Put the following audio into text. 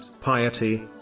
piety